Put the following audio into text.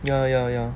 ya ya ya